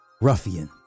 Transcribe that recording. ruffian